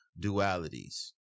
dualities